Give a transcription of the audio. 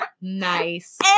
Nice